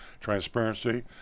transparency